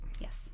Yes